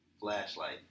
flashlight